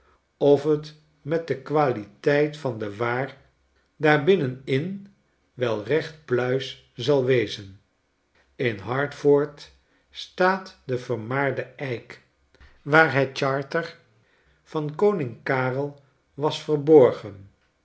op oft met de qualiteit van de waar daar binnen in wel recht pluis zal wezen in h a r t f o r d staat de vermaarde eik waar het charter van koning karel was verborgen